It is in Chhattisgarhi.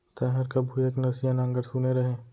तैंहर कभू एक नसिया नांगर सुने रहें?